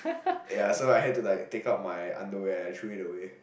ya so I had to like take out my underwear I threw it away